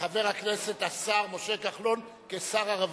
חבר הכנסת השר משה כחלון כשר הרווחה.